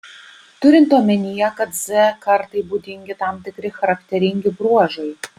turint omenyje kad z kartai būdingi tam tikri charakteringi bruožai